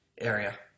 area